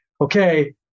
okay